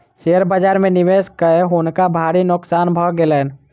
share बाजार में निवेश कय हुनका भारी नोकसान भ गेलैन